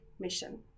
mission